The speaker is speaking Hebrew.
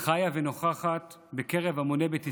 חיה ונוכחת בקרב המוני בית ישראל,